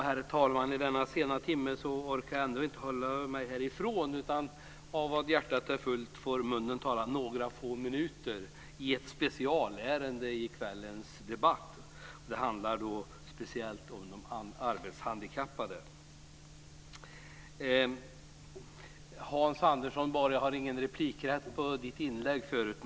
Herr talman! I denna sena timme kan jag ändå inte hålla mig härifrån. Av vad hjärtat är fullt får munnen tala några få minuter i ett specialärende i kvällens debatt. Det handlar då om de arbetshandikappade. Jag hade ingen replikrätt på Hans Anderssons anförande.